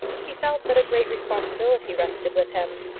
he felt that a great responsibility rested with him,